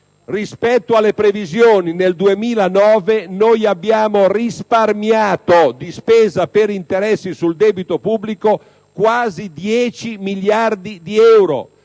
Rispetto alle previsioni, nel solo 2009 noi abbiamo risparmiato in spesa per interessi sul debito pubblico quasi 10 miliardi di euro,